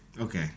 Okay